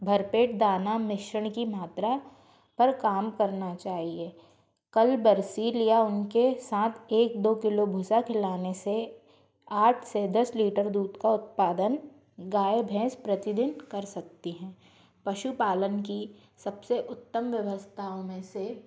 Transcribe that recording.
भरपेट दाना मिश्रण की मात्रा पर काम करना चाहिए कल बरसी लिया उनके साथ एक दो किलो घुसा खिलाने से आठ से दस लीटर दूध का उत्पादन गाय भैंस प्रतिदिन कर सकती है पशुपालन की सबसे उत्तम व्यवस्थाओं मे से